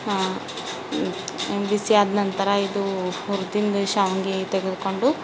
ಬಿಸಿಯಾದ ನಂತರ ಇದು ಹುರ್ದಿಂದು ಶಾವ್ಗೆ ತೆಗೆದುಕೊಂಡು